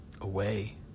away